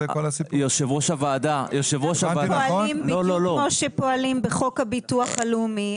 אנחנו פועלים בדיוק כפי שפועלים בחוק הביטוח הלאומי.